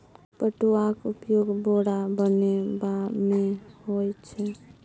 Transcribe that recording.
पटुआक उपयोग बोरा बनेबामे होए छै